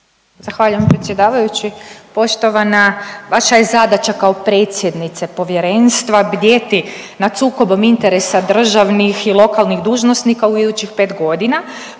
Zahvaljujem predsjedavajući. Poštovana vaša je zadaća kao predsjednice povjerenstva bdjeti nad sukobom interesa državnih i lokalnih dužnosnika u idućih 5 godina